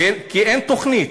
שאין תוכנית.